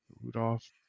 Rudolph